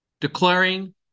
Declaring